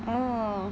oh